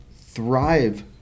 thrive